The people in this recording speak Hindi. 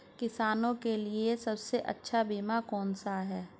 किसानों के लिए सबसे अच्छा बीमा कौन सा है?